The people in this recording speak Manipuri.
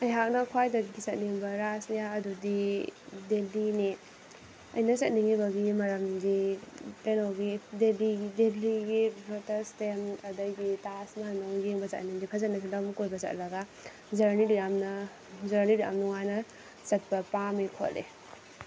ꯑꯩꯍꯥꯛꯅ ꯈ꯭ꯋꯥꯏꯗꯒꯤ ꯆꯠꯅꯤꯡꯕ ꯔꯥꯏꯖ꯭ꯌꯥ ꯑꯗꯨꯗꯤ ꯗꯦꯜꯂꯤꯅꯦ ꯑꯩꯅ ꯆꯠꯅꯤꯡꯉꯤꯕꯒꯤ ꯃꯔꯝꯗꯤ ꯀꯩꯅꯣꯒꯤ ꯗꯦꯜꯂꯤꯒꯤ ꯂꯣꯇꯁ ꯇꯦꯝꯄꯜ ꯑꯗꯒꯤ ꯇꯥꯁ ꯃꯍꯜ ꯌꯦꯡꯕ ꯆꯠꯅꯤꯡꯉꯦ ꯐꯖꯅꯁꯨ ꯂꯝ ꯀꯣꯏꯕ ꯆꯠꯂꯒ ꯖꯔꯅꯤꯗꯣ ꯌꯥꯝꯅ ꯖꯔꯅꯤꯗꯣ ꯌꯥꯝ ꯅꯨꯡꯉꯥꯏꯅ ꯆꯠꯄ ꯄꯥꯝꯄꯦ ꯈꯣꯠꯂꯦ